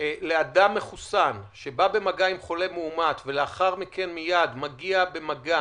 לאדם מחוסן שבא במגע עם חולה מאומת ולאחר מכן מיד מגיע במגע